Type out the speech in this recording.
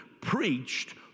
preached